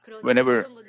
Whenever